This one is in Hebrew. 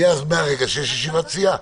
מרגע שיש ישיבת סיעה.